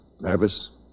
Nervous